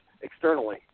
externally